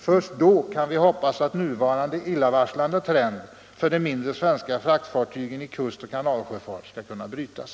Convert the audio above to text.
Först då kan vi hoppas att nuvarande illavarslande trend för de mindre svenska fraktfartygen i kustoch kanalsjöfart skall kunna brytas.